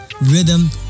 rhythm